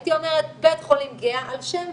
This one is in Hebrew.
הייתי אומרת בית חולים גהה על שם,